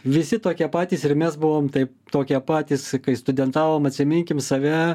visi tokie patys ir mes buvom taip tokie patys kai studentavom atsiminkim save